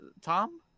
Tom